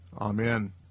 Amen